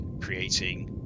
creating